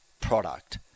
product